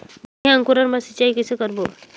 बढ़िया अंकुरण बर सिंचाई कइसे करबो?